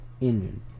engine